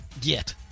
get